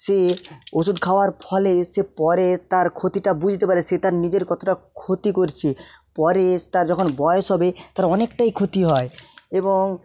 সে ওষুধ খাওয়ার ফলে সে পরে তার ক্ষতিটা বুঝতে পারে সে তার নিজের কতটা ক্ষতি করছে পরে এসে ক্ষতি হয় এবং